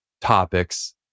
topics